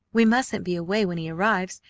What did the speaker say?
we mustn't be away when he arrives,